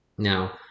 Now